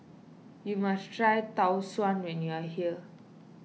you must try Tau Suan when you are here